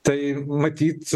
tai matyt